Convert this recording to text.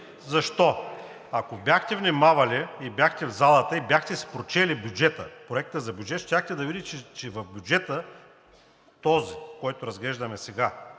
Защо? Ако бяхте внимавали и бяхте в залата, и бяхте си прочели бюджета – Проекта за бюджет, щяхте да видите, че в бюджета – този, който разглеждаме сега,